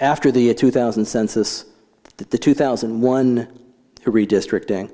after the year two thousand census the two thousand and one redistricting